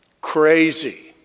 crazy